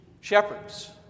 Shepherds